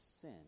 sin